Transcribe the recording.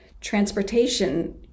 transportation